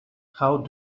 how